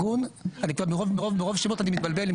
מרוב שמות אני מתבלבל,